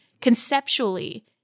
conceptually